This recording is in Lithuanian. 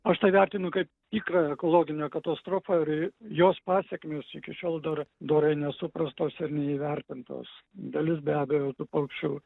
aš tai vertinu kaip tikrą ekologinę katastrofą ir jos pasekmės iki šiol dar dorai nesuprastos ir neįvertintos dalis be abejo tų paukščių